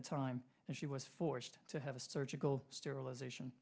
the time and she was forced to have a surgical sterilization